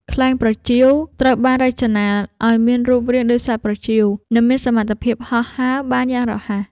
ខ្លែងប្រចៀវ ត្រូវបានរចនាឱ្យមានរូបរាងដូចសត្វប្រចៀវ និងមានសមត្ថភាពហោះហើរបានយ៉ាងរហ័ស។